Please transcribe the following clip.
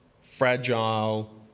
fragile